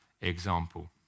example